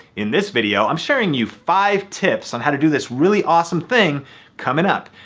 in this video, i'm sharing you five tips on how to do this really awesome thing coming up.